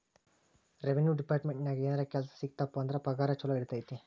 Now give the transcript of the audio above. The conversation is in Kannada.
ರೆವೆನ್ಯೂ ಡೆಪಾರ್ಟ್ಮೆಂಟ್ನ್ಯಾಗ ಏನರ ಕೆಲ್ಸ ಸಿಕ್ತಪ ಅಂದ್ರ ಪಗಾರ ಚೊಲೋ ಇರತೈತಿ